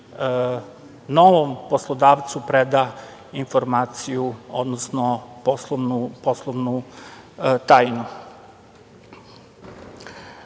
novom poslodavcu preda informaciju, odnosno poslovnu